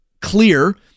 clear